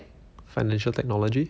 financial technology